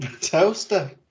toaster